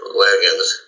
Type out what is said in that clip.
wagons